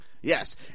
Yes